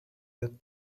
that